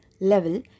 level